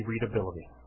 readability